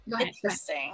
interesting